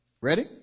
Ready